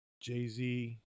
Jay-Z